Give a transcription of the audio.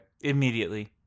Immediately